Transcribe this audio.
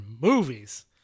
movies